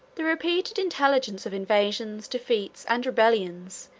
the repeated intelligence of invasions, defeats, and rebellions,